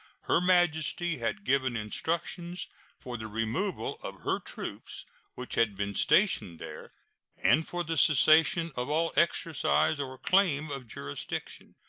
her majesty had given instructions for the removal of her troops which had been stationed there and for the cessation of all exercise or claim of jurisdiction,